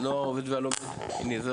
׳הנוער העובד והלומד׳, בבקשה.